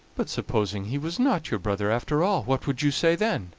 but supposing he was not your brother, after all, what would you say then?